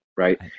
Right